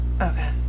Okay